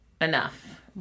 enough